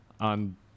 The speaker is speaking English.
on